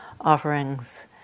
offerings